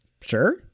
sure